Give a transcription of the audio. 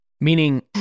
meaning